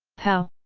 pow!